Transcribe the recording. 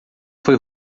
foi